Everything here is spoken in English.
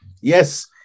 Yes